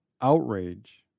outrage